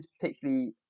particularly